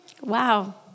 Wow